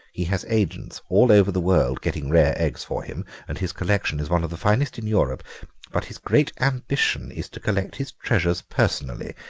he has agents all over the world getting rare eggs for him, and his collection is one of the finest in europe but his great ambition is to collect his treasures personally.